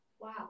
Wow